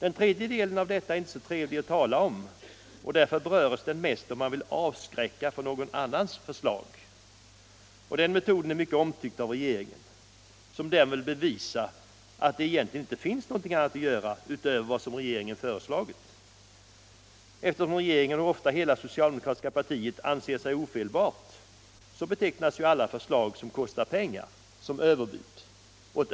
Den tredje delen av detta är inte så trevlig att tala om och därför berörs den mest då man vill avskräcka för någon annans förslag. Denna metod är mycket omtyckt av regeringen som därmed vill bevisa att det egentligen inte finns någonting att göra utöver vad regeringen föreslagit. Eftersom regeringen och ofta hela socialdemokratiska partiet anser sig ofelbara betecknas alla förslag som kostar pengar som överbud.